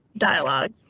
dialogue.